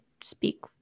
speak